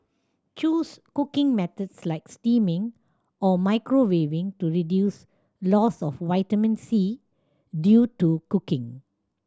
choose cooking methods like steaming or microwaving to reduce loss of vitamin C due to cooking